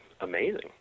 amazing